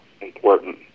important